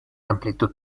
amplitud